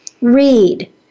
Read